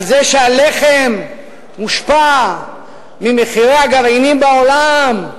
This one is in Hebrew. על זה שהלחם מושפע ממחירי הגרעינים בעולם,